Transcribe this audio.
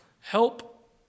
Help